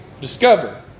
Discover